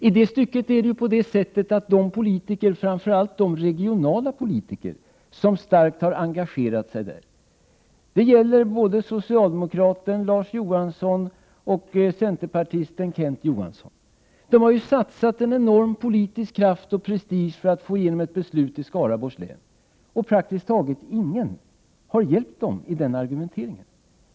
I det stycket är det på det sättet att de politiker, framför allt regionala politiker, som starkt har engagerat sig där — det gäller både socialdemokraten Lars Johansson och centerpartisten Kent Johansson — har satsat en enorm politisk kraft och prestige för att få igenom ett beslut i Skaraborgs län. Praktiskt taget ingen har hjälpt dem i den argumenteringen.